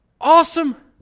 awesome